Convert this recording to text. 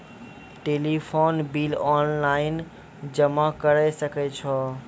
Telephone bill online जमा करै सकै छौ?